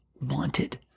wanted